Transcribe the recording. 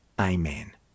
Amen